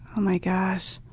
oh my gosh.